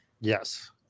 Yes